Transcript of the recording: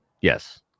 Yes